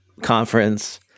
conference